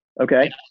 Okay